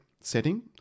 setting